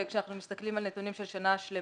כשאנחנו מסתכלים על נתונים של שנה שלמה,